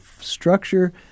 structure